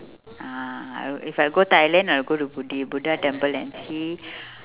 ah I would if I go thailand I will go to budd~ buddha temple and see